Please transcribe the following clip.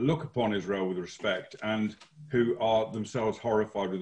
הרבה אנשים באירופה וגם בארה"ב לדעתי שמאוד כועסים מהניסיונות